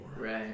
right